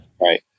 Right